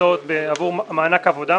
להוצאות עבור מענק עבודה,